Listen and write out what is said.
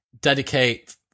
dedicate